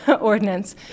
ordinance